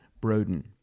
Broden